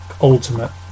ultimate